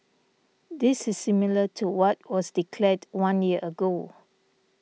this is similar to what was declared one year ago